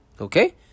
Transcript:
Okay